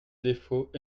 défaut